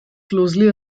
closely